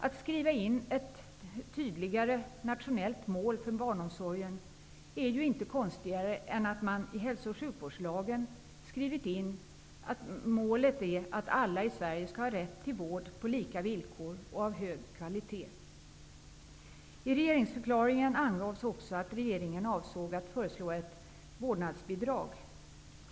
Att skriva in ett tydligare nationellt mål för barnomsorgen är inte konstigare än att man i hälso och sjukvårdslagen skrivit in målet att alla i Sverige skall ha rätt till vård på lika villkor och av hög kvalitet. I regeringsförklaringen angavs också att regeringen avsåg att föreslå ett vårdnadsbidrag.